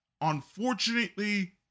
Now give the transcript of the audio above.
unfortunately